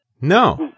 No